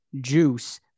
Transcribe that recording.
Juice